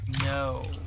no